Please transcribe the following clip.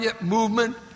movement